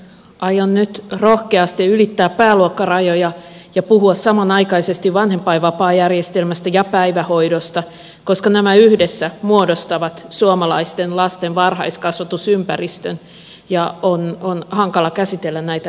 aion nyt rohkeasti ylittää pääluokkarajoja ja puhua samanaikaisesti vanhempainvapaajärjestelmästä ja päivähoidosta koska nämä yhdessä muodostavat suomalaisten lasten varhaiskasvatusympäristön ja on hankala käsitellä näitä erillään